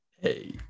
hey